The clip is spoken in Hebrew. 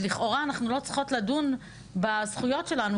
לכאורה אנחנו לא צריכות לדון בזכויות שלנו,